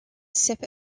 sip